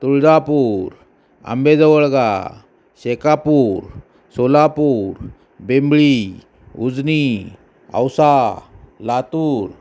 Tuljapur Ambejavalga Shekapur Solapur Bimbali Ujani Ausa Latur